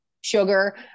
sugar